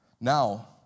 Now